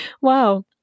Wow